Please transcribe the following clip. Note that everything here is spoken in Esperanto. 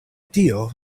tio